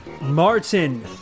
Martin